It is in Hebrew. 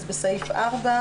יהיה כתוב כך: